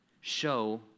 show